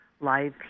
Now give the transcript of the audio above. live